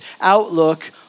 outlook